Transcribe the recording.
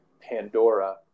Pandora